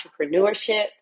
entrepreneurship